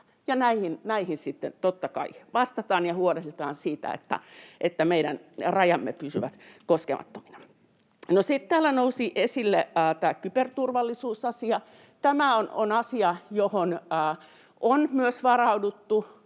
kai vastataan ja huolehditaan siitä, että meidän rajamme pysyvät koskemattomina. No sitten täällä nousi esille tämä kyberturvallisuusasia. Tämä on asia, johon on myös varauduttu,